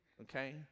okay